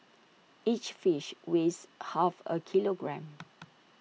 each fish weighs half A kilogram